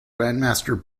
grandmaster